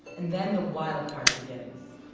and then the wild part begins.